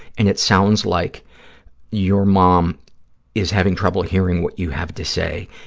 and it sounds like your mom is having trouble hearing what you have to say.